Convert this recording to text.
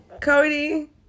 Cody